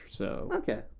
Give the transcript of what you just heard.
Okay